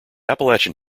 appalachian